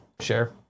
share